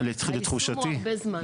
היישום הוא הרבה זמן.